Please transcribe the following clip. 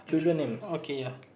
en~ oh okay ya